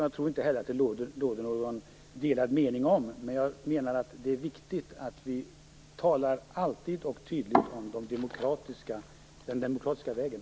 Jag tror inte att det råder någon delad mening om riktningen, men jag menar att det är viktigt att alltid och tydligt tala om den demokratiska vägen.